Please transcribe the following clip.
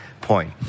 point